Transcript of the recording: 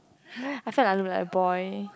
I felt like I look like a boy